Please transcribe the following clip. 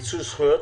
מיצוי זכויות?